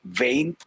vain